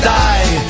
die